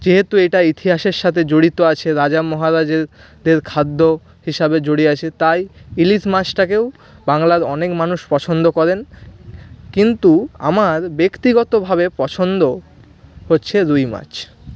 যেহেতু এটা ইতিহাসের সাথে জড়িত আছে রাজা মহারাজা দের খাদ্য হিসাবে জড়িয়ে আছে তাই ইলিশ মাছটাকেও বাংলার অনেক মানুষ পছন্দ করেন কিন্তু আমার ব্যক্তিগতভাবে পছন্দ হচ্ছে রুই মাছ